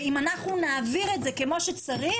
ואם נעביר את זה כמו שצריך,